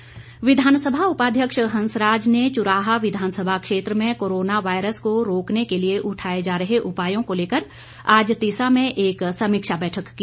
हंसराज विधानसभा उपाध्यक्ष हंसराज चौहान ने चुराह विधानसभा क्षेत्र में कोरोना वायरस को रोकने के लिए उठाए जा रहे उपायों को लेकर आज तीसा में एक समीक्षा बैठक की